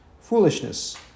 foolishness